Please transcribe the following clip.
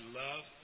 love